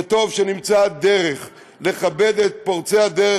וטוב שנמצאה דרך לכבד את פורצי הדרך